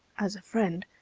as a friend,